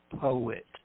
Poet